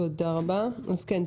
תודה, נמשיך בהקראה.